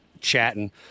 chatting